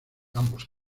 ambos